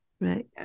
Right